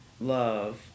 love